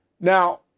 Now